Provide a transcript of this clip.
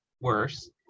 worse